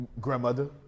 grandmother